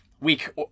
Week